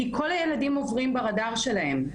כי כל הילדים עוברים ברדאר שלהם.